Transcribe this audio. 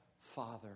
Father